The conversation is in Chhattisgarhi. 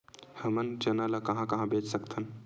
हमन चना ल कहां कहा बेच सकथन?